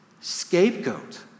scapegoat